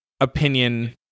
opinion